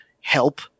help